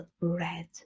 Red